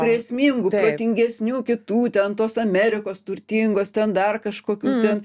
grėsmingų protingesnių kitų ten tos amerikos turtingos ten dar kažkokių ten